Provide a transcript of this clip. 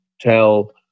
tell